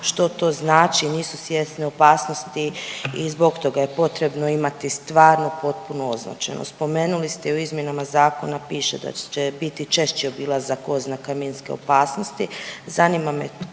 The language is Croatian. što to znači, nisu svjesne opasnosti i zbog toga je potrebno imati stvarno potpunu označenost. Spomenuli ste i u izmjenama zakona piše da će biti češći obilazak oznaka minske opasnosti. Zanima me tko